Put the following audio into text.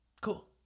Cool